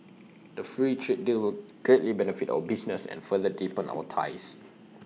the free trade deal will greatly benefit our businesses and further deepen our ties